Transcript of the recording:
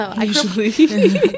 Usually